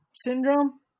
syndrome